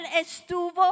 estuvo